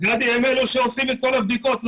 הם אלה שעושים את כל הבדיקות.